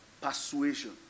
persuasion